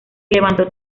levantó